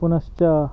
पुनश्च